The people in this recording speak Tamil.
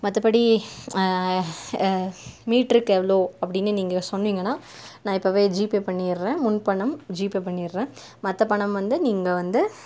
மற்றபடி மீட்டருக்கு எவ்வளோ அப்படின்னு நீங்கள் சொன்னீங்கனா நான் இப்போவே ஜீபே பண்ணிடுறேன் முன்பணம் ஜீபே பண்ணிடுறேன் மற்ற பணம் வந்து நீங்கள் வந்து